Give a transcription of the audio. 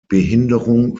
behinderung